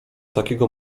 takiego